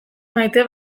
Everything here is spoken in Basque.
maite